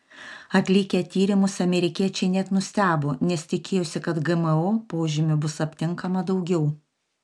atlikę tyrimus amerikiečiai net nustebo nes tikėjosi kad gmo požymių bus aptinkama daugiau